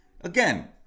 again